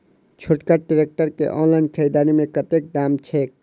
छोटका ट्रैक्टर केँ ऑनलाइन खरीददारी मे कतेक दाम छैक?